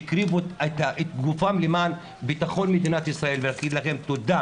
שהקריבו את גופם למען בטחון מדינת ישראל ולהגיד לכם תודה.